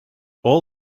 all